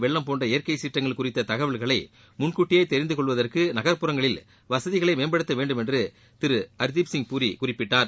வெள்ளம் போன்ற இயற்கை சீற்றங்கள் குறித்த தகல்களை முன்கூட்டியே தெரிந்து கொள்வதற்கு நகர்புறங்களில் வசதிகளை மேம்படுத்த வேண்டும் என்று திரு ஹர்திப்சிங் பூரி குறிப்பிட்டார்